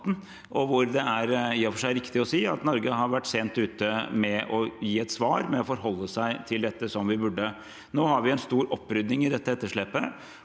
2018. Det er i og for seg riktig å si at vi i Norge har vært sent ute med å gi et svar, med å forholde oss til dette slik vi burde. Nå har vi en stor opprydding i dette etterslepet.